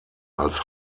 als